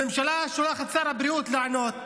הממשלה שולחת את שר הבריאות לענות.